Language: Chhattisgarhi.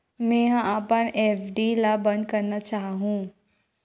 मेंहा अपन एफ.डी ला बंद करना चाहहु